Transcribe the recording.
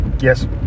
yes